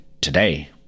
Today